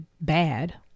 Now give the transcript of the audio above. bad